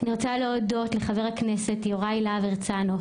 אני רוצה להודות לחבר הכנסת יוראי להב הרצנו,